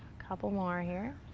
couple more here.